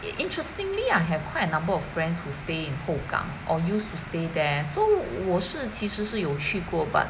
interestingly I have quite a number of friends who stay in hougang or used to stay there so 我是其实是有去过 but